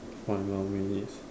five more minutes